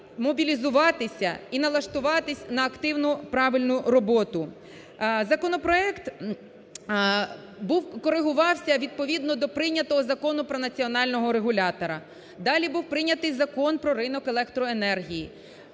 мобілізуватись і налаштуватись на активну, правильну роботу. Законопроект був, коригувався відповідно до прийнятого Закону про національного регулятора. Далі був прийнятий Закон про ринок електроенергії.